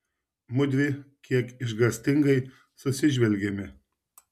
mudvi kiek išgąstingai susižvelgėme